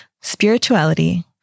spirituality